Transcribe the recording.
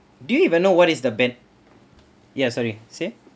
do you even know what is the ben~ ya sorry say